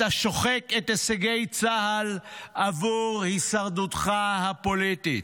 אתה שוחק את הישגי צה"ל עבור הישרדותך הפוליטית,